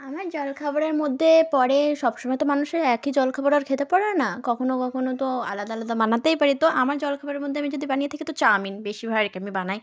আমার জল খাবারের মধ্যে পড়ে সব সময় তো মানুষের একই জলখাবার আর খেতে পারে না কখনো কখনো তো আলাদা আলাদা বানাতেই পারি তো আমার জলখাবারের মধ্যে আমি যদি বানিয়ে থাকি তো চাউমিন বেশিরভাগই আমি বানাই